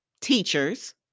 teachers